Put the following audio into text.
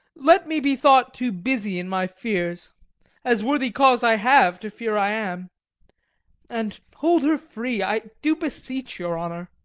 let me be thought too busy in my fears as worthy cause i have to fear i am and hold her free, i do beseech your honour.